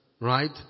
right